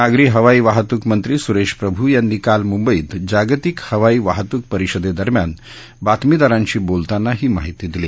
नागरी हवाई वाहतूक मंत्री सुरेश प्रभू यांनी काल मुंबईत जागतिक हवाई वाहतूक परिषदेदरम्यान बातमीदारांशी बोलताना ही माहिती दिली